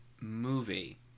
movie